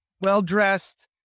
well-dressed